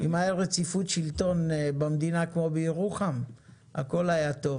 אם הייתה רציפות שלטון במדינה כמו בירוחם הכול היה טוב,